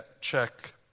check